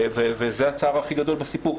וזה הצער הכי גדול בסיפור.